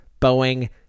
Boeing